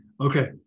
Okay